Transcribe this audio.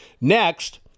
Next